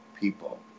people